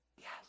Yes